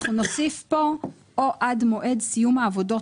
אנחנו נוסיף פה 'או עד מועד סיום העבודות